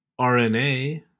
rna